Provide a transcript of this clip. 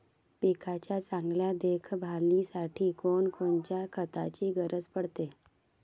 पिकाच्या चांगल्या देखभालीसाठी कोनकोनच्या खताची गरज पडते?